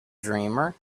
dreamer